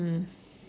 mm